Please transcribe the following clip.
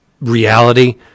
reality